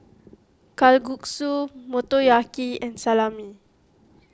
Kalguksu Motoyaki and Salami